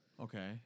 Okay